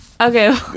okay